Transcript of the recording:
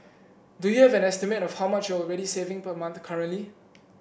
do you have an estimate of how much you're already saving per month currently